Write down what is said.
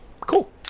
Cool